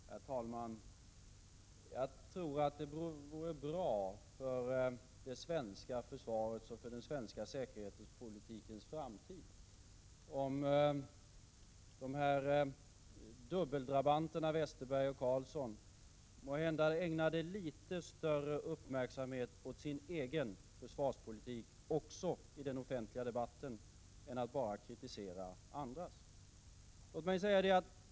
Herr talman! Jag tror att det vore bra för det svenska försvarets och för den svenska säkerhetspolitikens framtid om de här ”dubbeldrabanterna” Westerberg och Carlsson måhända också i den offentliga debatten ägnade litet större uppmärksamhet åt sin egen försvarspolitik än att bara kritisera andras.